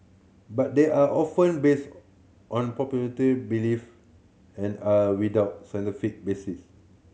but they are often based on popularity belief and are without scientific basis